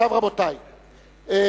רבותי,